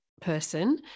person